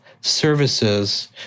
services